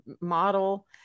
model